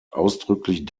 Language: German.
ausdrücklich